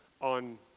on